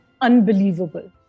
unbelievable